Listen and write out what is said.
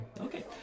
Okay